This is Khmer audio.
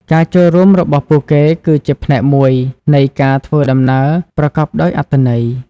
ការចូលរួមរបស់ពួកគេគឺជាផ្នែកមួយនៃការធ្វើដំណើរប្រកបដោយអត្ថន័យ។